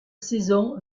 saison